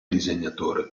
disegnatore